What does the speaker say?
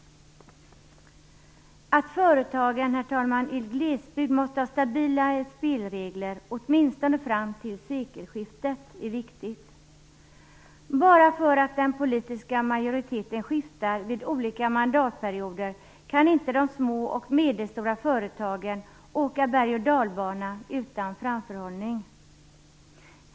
Herr talman! Att företagen i glesbygd måste ha stabila spelregler, åtminstone fram till sekelskiftet, är viktigt. Bara för att den politiska majoriteten skiftar vid olika mandatperioder skall de små och medelstora företagen inte behöva åka bergochdalbana utan framförhållning.